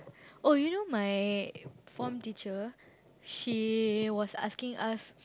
oh you know my form teacher she was asking us